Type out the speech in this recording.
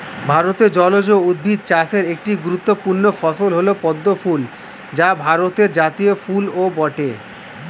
ভারতে জলজ উদ্ভিদ চাষের একটি গুরুত্বপূর্ণ ফসল হল পদ্ম ফুল যা ভারতের জাতীয় ফুলও বটে